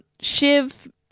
Shiv